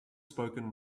spoken